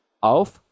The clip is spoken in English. auf